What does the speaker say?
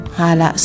hala